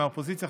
מהאופוזיציה,